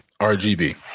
RGB